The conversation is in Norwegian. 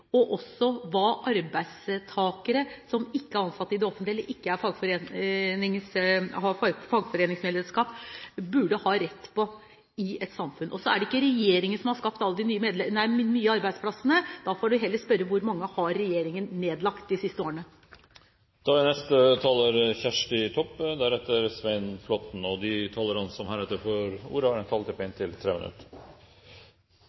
hva arbeidstakere som ikke er ansatt i det offentlige, eller som ikke har fagforeningsmedlemskap, burde ha rett til i et samfunn. Det er ikke regjeringen som har skapt alle de nye arbeidsplassene. Man får heller spørre hvor mange arbeidsplasser regjeringen har nedlagt de siste årene. De talere som heretter får ordet, har en taletid på inntil 3 minutter. Det er viktig og prisverdig at regjeringa har lagt fram ei melding til Stortinget som